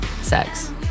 sex